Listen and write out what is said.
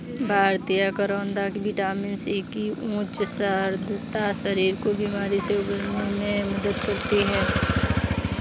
भारतीय करौदा vitamin C की उच्च सांद्रता शरीर को बीमारी से उबरने में मदद करती है